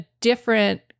different